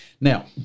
now